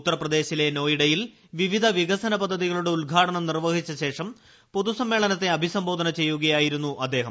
ഉത്തർപ്രദേശിലെ നോയിഡയിൽ വിവിധ ്രവിക്സന പദ്ധതികളുടെ ഉദ്ഘാടനം നിർവ്വഹിച്ചശേഷം പ്പോതു സമ്മേളനത്തെ അഭിസംബോധന ചെയ്യുകയായിരുന്നു അദ്ദേഹം